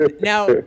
Now